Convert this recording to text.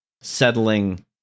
settling